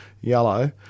yellow